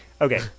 okay